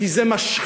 כי זה משחית,